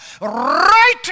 right